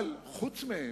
אבל חוץ מהם,